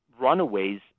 runaways